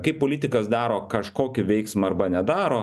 kaip politikas daro kažkokį veiksmą arba nedaro